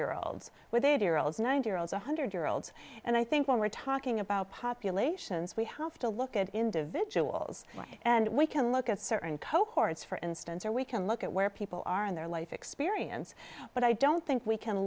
year olds with a ninety year olds one hundred year olds and i think when we're talking about populations we have to look at individuals and we can look at certain cohorts for instance or we can look at where people are in their life experience but i don't think we can